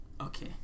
Okay